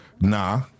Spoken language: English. Nah